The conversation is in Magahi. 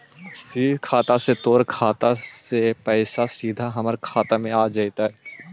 स्वीप खाता से तोर खाता से पइसा सीधा हमर खाता में आ जतउ